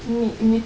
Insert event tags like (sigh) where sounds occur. (noise)